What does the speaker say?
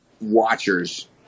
watchers